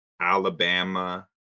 Alabama